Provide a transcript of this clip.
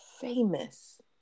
famous